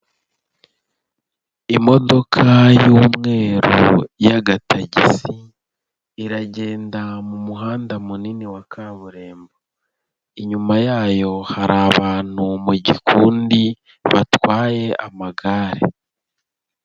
Imodoka y'umweru y'agatagisi iragenda mu muhanda munini wa kaburimbo, inyuma yayo hari abantu mu gikundi batwaye amagare.